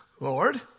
Lord